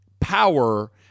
power